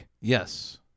Yes